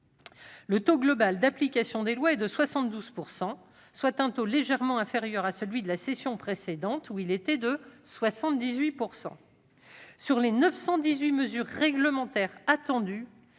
Le taux global d'application des lois est de 72 %, soit un taux légèrement inférieur à celui de la session précédente, où il était de 78 %. Sur les 918 mesures réglementaires attendues,